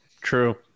True